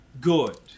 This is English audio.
Good